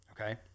okay